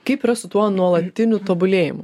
kaip yra su tuo nuolatiniu tobulėjimu